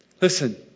Listen